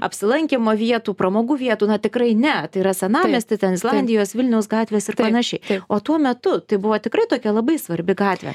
apsilankymo vietų pramogų vietų na tikrai ne tai yra senamiestis ten islandijos vilniaus gatvės ir pranašiai o tuo metu tai buvo tikrai tokia labai svarbi gatvė